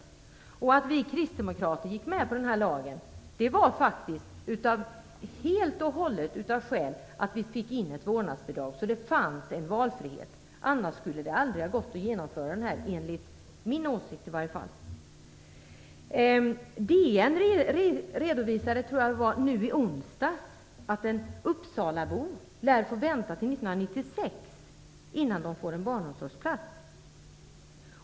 Skälet till att vi kristdemokrater gick med på den här lagen var att vi fick ett vårdnadsbidrag, så att det fanns en valfrihet. Annars skulle det enligt min åsikt aldrig har gått att genomföra lagen. DN redovisade i onsdags, tror jag att det var, att en Uppsalabo lär få vänta till 1996 på att få en barnomsorgsplats.